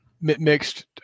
Mixed